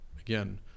again